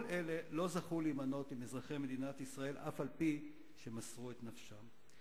כל אלה לא זכו להימנות עם אזרחי מדינת ישראל אף-על-פי שמסרו את נפשם.